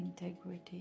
integrity